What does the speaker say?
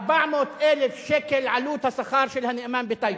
400,000 שקל עלות השכר של הנאמן בטייבה.